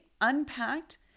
unpacked